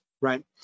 right